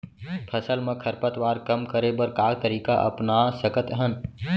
फसल मा खरपतवार कम करे बर का तरीका अपना सकत हन?